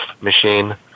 machine